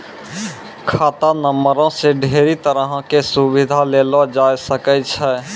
खाता नंबरो से ढेरी तरहो के सुविधा लेलो जाय सकै छै